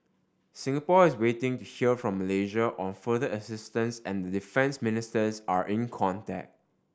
Singapore is waiting to hear from Malaysia on further assistance and the defence ministers are in contact